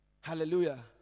Hallelujah